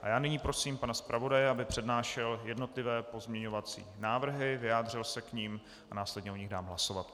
A já nyní prosím pana zpravodaje, aby přednášel jednotlivé pozměňovací návrhy, vyjádřil se k nim a následně o nich dám hlasovat.